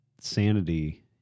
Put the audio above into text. sanity